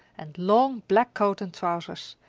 and long, black coat and trousers,